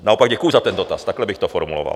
Naopak děkuju za ten dotaz, takhle bych to formuloval.